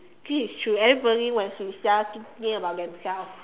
this is true everybody wants be self thinking about themselves